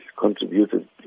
contributed